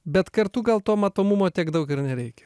bet kartu gal to matomumo tiek daug ir nereikia